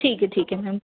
ठीक है ठीक है मैम